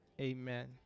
Amen